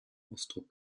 ausdruck